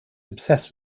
obsessed